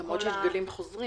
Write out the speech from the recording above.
למרות שיש גלים חוזרים.